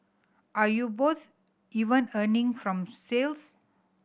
are you both even earning from sales